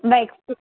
वॅक्सि